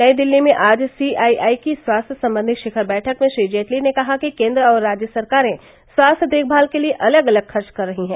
नई दिल्ली में आज सी आई आई की स्वास्थ्य संबंधी शिखर बैठक में श्री जेटली ने कहा कि केन्द्र और राज्य सरकारें स्वास्थ्य देखभाल के लिए अलग अलग खर्च कर रही हैं